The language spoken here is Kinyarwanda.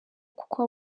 kuko